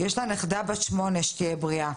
יש לה ילדה בת שמונה, שתהיה בריאה.